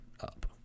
up